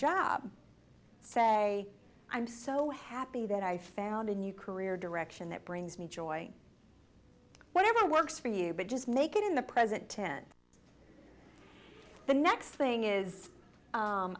job say i'm so happy that i found a new career direction that brings me joy whatever works for you but just make it in the present tense the next thing is